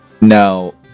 No